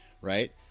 right